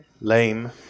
lame